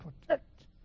protect